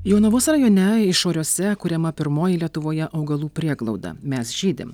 jonavos rajone išoriuose kuriama pirmoji lietuvoje augalų prieglauda mes žydim